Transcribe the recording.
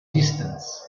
distance